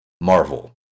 marvel